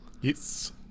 yes